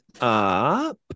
up